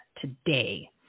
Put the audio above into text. today